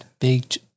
Big